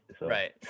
Right